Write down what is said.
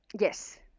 Yes